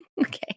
okay